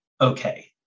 okay